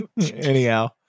Anyhow